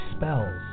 spells